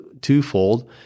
twofold